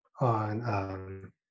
on